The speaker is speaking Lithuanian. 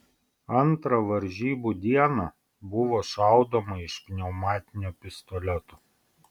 antrą varžybų dieną buvo šaudoma iš pneumatinio pistoleto